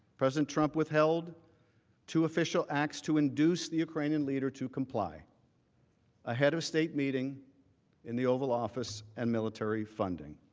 president trump withheld two official asked to induce the ukrainian leader to comply and ah head of state meetings in the oval office and military funding.